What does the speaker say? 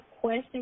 question